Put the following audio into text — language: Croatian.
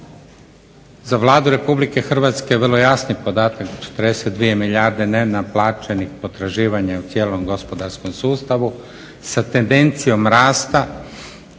Za Vladu Republike Hrvatske vrlo jasni podatak 42 milijarde nenaplaćenih potraživanja je u cijelom gospodarskom sustavu, sa tendencijom rasta,